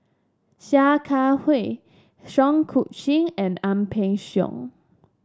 Sia Kah Hui Seah Eu Chin and Ang Peng Siong